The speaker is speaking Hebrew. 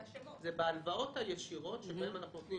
זה בהלוואות הישירות שבהן אנחנו נותנים